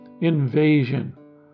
invasion